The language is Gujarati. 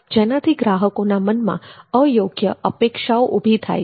જેનાથી ગ્રાહકોના મનમાં અયોગ્ય અપેક્ષાઓ ઊભી થાય છે